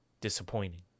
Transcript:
disappointing